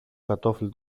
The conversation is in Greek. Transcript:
κατώφλι